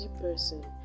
person